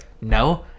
no